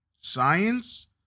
Science